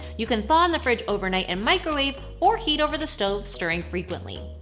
you can thaw in the fridge overnight and microwave, or heat over the stove, stirring frequently.